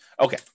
Okay